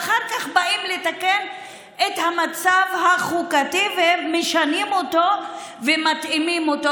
ואחר כך באים לתקן את המצב החוקתי ומשנים אותו ומתאימים אותו.